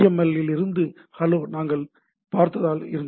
L இலிருந்து hello நாங்கள் பார்த்தாதல் அது இருந்தது